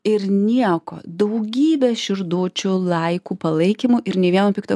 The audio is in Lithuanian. ir nieko daugybė širdučių laikų palaikymų ir nei vieno pikto